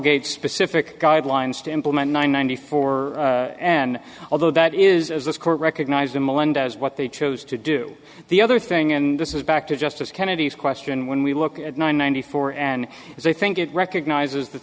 gated specific guidelines to implement nine ninety four and although that is as this court recognized the melendez what they chose to do the other thing and this is back to justice kennedy's question when we look at nine ninety four and i think it recognizes that